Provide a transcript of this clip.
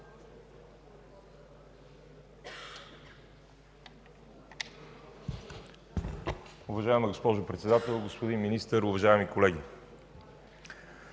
Уважаема госпожо Председател, господин Министър, колеги!